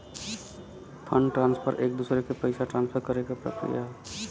fund transfer एक दूसरे के पइसा ट्रांसफर करे क प्रक्रिया हौ